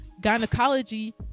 gynecology